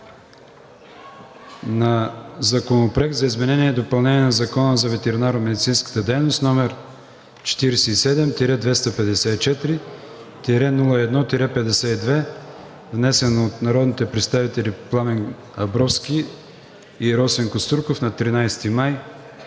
на Законопроект за изменение и допълнение на Закона за ветеринарномедицинската дейност № 47-254-01-52, внесен от народните представители Пламен Абровски и Росен Костурков на 13 май